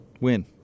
win